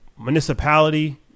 municipality